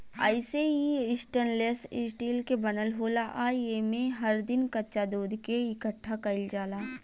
अइसे इ stainless steel के बनल होला आ एमे हर दिन कच्चा दूध के इकठ्ठा कईल जाला